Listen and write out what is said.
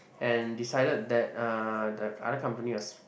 and decided that uh the other company was